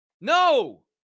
No